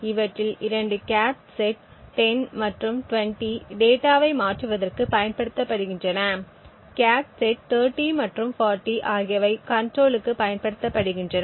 இவற்றில் 2 cache set 10 மற்றும் 20 டேட்டாவை மாற்றுவதற்கு பயன்படுத்தப்படுகின்றன கேச் செட் 30 மற்றும் 40 ஆகியவை கண்ட்ரோலுக்கு பயன்படுத்தப்படுகின்றன